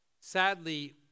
Sadly